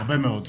הרבה מאוד.